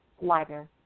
Lighter